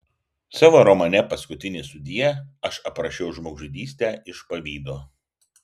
savo romane paskutinis sudie aš aprašiau žmogžudystę iš pavydo